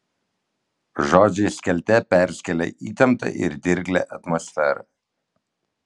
žodžiai skelte perskėlė įtemptą ir dirglią atmosferą